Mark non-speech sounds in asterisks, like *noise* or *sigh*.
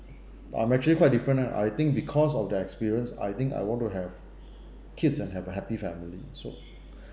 I am actually quite different ah I think because of that experience I think I want to have kids and have a happy family so *breath*